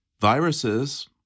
viruses